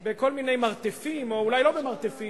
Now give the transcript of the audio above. בכל מיני מרתפים, או אולי לא במרתפים,